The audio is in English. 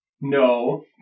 No